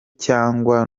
cyangwa